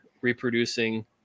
reproducing